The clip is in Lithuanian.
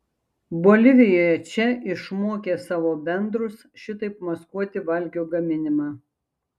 bolivijoje če išmokė savo bendrus šitaip maskuoti valgio gaminimą